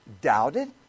doubted